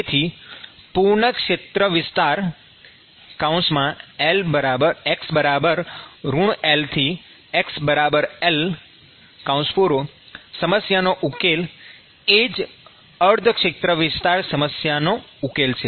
તેથી પૂર્ણ ક્ષેત્રવિસ્તાર x L થી xL સમસ્યાનો ઉકેલ એ જ અર્ધ ક્ષેત્રવિસ્તાર સમસ્યાનો ઉકેલ છે